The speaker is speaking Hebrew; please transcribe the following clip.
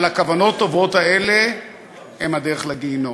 אבל הכוונות הטובות האלה הן הדרך לגיהינום.